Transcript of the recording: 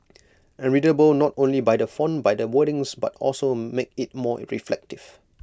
and readable not only by the font by the wordings but also make IT more reflective